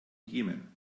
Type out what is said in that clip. jemen